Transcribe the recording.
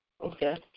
Okay